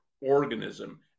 organism